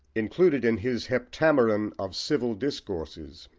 included in his heptameron of civil discourses,